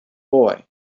boy